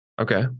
Okay